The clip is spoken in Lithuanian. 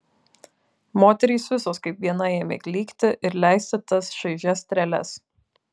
moterys visos kaip viena ėmė klykti ir leisti tas šaižias treles